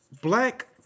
black